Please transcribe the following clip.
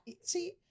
see